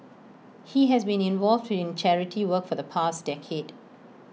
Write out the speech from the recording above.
he has been involved in charity work for the past decade